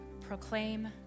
proclaim